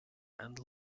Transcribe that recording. and